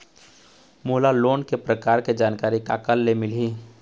मोला लोन के प्रकार के जानकारी काकर ले मिल ही?